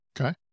Okay